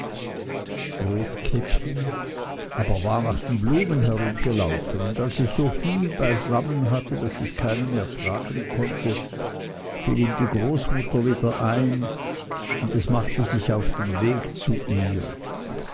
rotkäppchen aber war nach den blumen herumgelaufen und als es so viel zusammen hatte daß es keine mehr tragen konnte fiel ihm die großmutter wieder ein und es machte sich auf den weg zu ihr